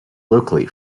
locally